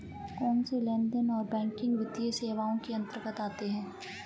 कौनसे लेनदेन गैर बैंकिंग वित्तीय सेवाओं के अंतर्गत आते हैं?